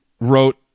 wrote